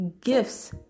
gifts